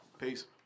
Peace